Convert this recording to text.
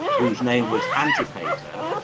whose name was antipater?